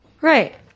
Right